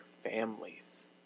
families